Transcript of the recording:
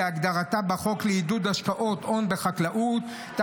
כהגדרתה בחוק לעידוד השקעות הון בחקלאות,